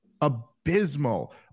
abysmal